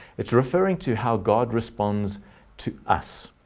it's referring to how god responds to us.